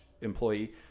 employee